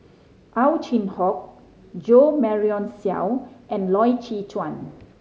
Ow Chin Hock Jo Marion Seow and Loy Chye Chuan